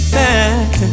back